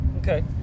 okay